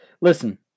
Listen